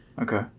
okay